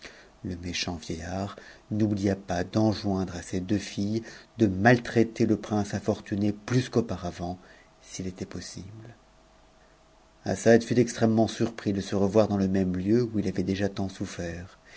le méchant vieillard n'oublia pas d'enjoindre à ses deux filles de maltraiter le prince infortuné plus qu'auparavant s'il était possible assad fut extrêmement surpris de se revoir dans le même lieu où il avait déjà tant souffert